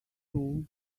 too